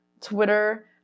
Twitter